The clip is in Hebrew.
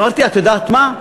אמרתי, את יודעת מה?